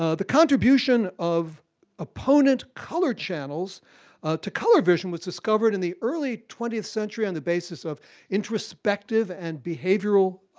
ah the contribution of opponent color channels to color vision was discovered in the early twentieth century on the basis of introspective and behavioral